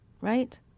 Right